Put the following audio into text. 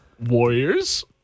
Warriors